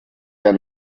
der